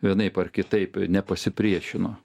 vienaip ar kitaip nepasipriešino